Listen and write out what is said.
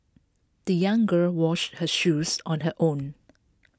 the young girl washed her shoes on her own